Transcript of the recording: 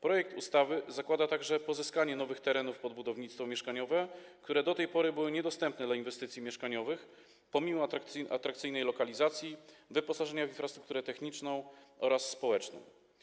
Projekt ustawy zakłada także pozyskanie nowych terenów pod budownictwo mieszkaniowe, które do tej pory były niedostępne dla inwestycji mieszkaniowych, pomimo atrakcyjnej lokalizacji, wyposażenia w infrastrukturę techniczną oraz społeczną.